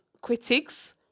critics